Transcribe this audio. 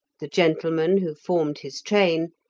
the gentlemen who formed his train,